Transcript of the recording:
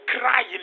crying